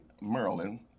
Merlin